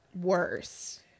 worse